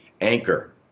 anchor